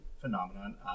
phenomenon